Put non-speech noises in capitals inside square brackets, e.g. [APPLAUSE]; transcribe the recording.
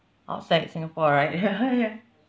outside singapore right ya [LAUGHS] ya